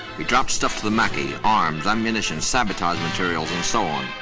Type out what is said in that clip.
we dropped stuff to the macky, arms, ammunition, sabotage materials and so on.